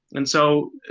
and so,